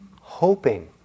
hoping